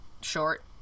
short